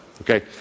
okay